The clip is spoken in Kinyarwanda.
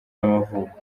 y’amavuko